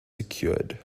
secured